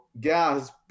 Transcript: gas